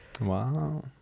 wow